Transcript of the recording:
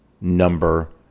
number